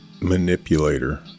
manipulator